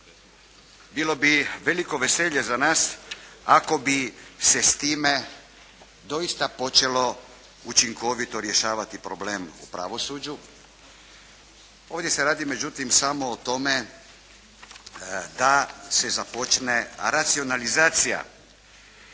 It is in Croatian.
Bilo bi veliko veselje za nas ako bi se s time doista počelo učinkovito rješavati problem u pravosuđu. Ovdje se radi međutim samo o tome da se započne racionalizacija